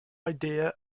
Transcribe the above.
idea